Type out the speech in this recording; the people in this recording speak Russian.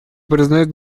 признает